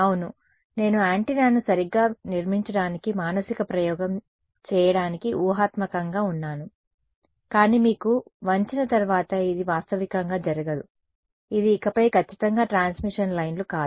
అవును నేను యాంటెన్నాను సరిగ్గా నిర్మించడానికి మానసిక ప్రయోగం చేయడానికి ఊహాత్మకంగా ఉన్నాను కానీ మీరు వంచి న తర్వాత ఇది వాస్తవికంగా జరగదు ఇది ఇకపై ఖచ్చితంగా ట్రాన్స్మిషన్ లైన్లు కాదు